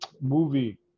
movie